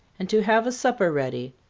and to have a supper ready.